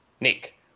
Nick